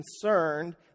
concerned